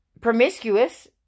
promiscuous